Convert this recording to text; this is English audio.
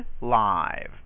live